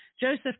joseph